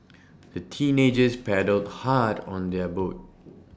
the teenagers paddled hard on their boat